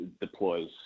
deploys